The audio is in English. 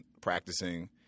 practicing